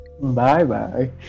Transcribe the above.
Bye-bye